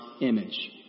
image